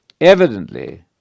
Evidently